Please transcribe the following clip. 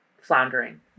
floundering